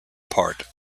part